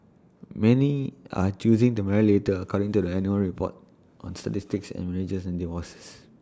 many are choosing to marry later according to the annual report on statistics on marriages and divorces